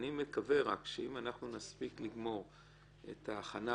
אני מקווה רק שאם אנחנו נספיק לגמור את ההכנה